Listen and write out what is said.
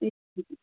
ए